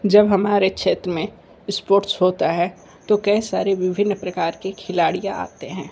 जब हमारे क्षेत्र में स्पोर्ट्स होता है तो कई सारे विभिन्न प्रकार के खिलाड़िया आते हैं